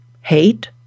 hate